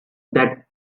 that